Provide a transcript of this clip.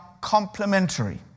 complementary